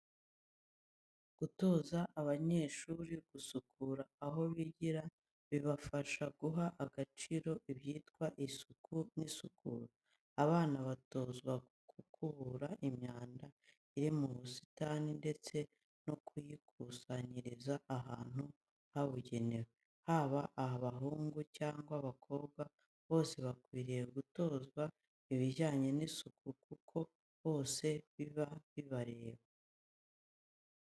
Gutoza abanyeshuri gusukura aho bigira bibafasha guha agaciro ibyitwa isuku n'isukura. Abana batozwa gukubura imyanda iri mu busitani ndetse no kuyikusanyiriza ahantu habugenewe. Haba abahungu cyangwa abakobwa bose bakwiriye gutozwa ibijyane n'isuku kuko bose biba bibareba.